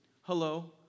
Hello